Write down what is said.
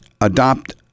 adopt